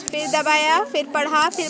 दादाजी हमेशा रेशमी धोती पह न छिले